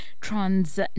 trans